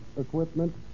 equipment